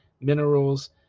minerals